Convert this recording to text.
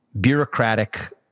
bureaucratic